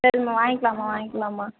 சரிம்மா வாங்கிக்கலாம்மா வாங்கிக்கலாம்மா